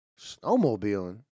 Snowmobiling